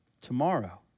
tomorrow